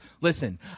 Listen